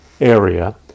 area